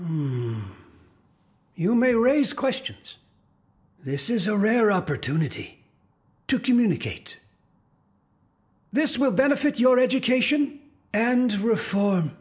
turn you may raise questions this is a rare opportunity to communicate this will benefit your education and reform